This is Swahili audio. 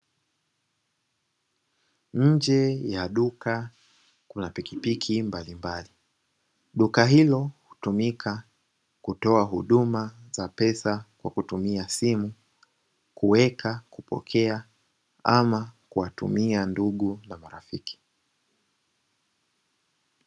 Nje ya duka kuna pikipiki mbalimbali, duka hilo hutumika kutoa huduma za pesa kwa kutumia simu, kuweka, kupokea ama kuwatumia ndugu na marafiki.